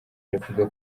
aravuga